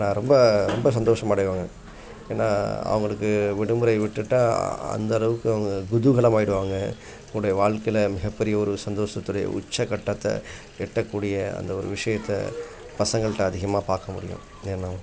நான் ரொம்ப ரொம்ப சந்தோஷம் அடைவாங்க ஏன்னால் அவங்களுக்கு விடுமுறை விட்டுவிட்டா அந்தளவுக்கு அவங்க குதூகலம் ஆகிடுவாங்க தன்னுடைய வாழ்க்கைல மிகப்பெரிய ஒரு சந்தோஷத்துடைய உச்சக்கட்டத்தை எட்டக்கூடிய அந்த ஒரு விஷயத்த பசங்கள்கிட்ட அதிகமாக பார்க்க முடியும் ஏன்னால்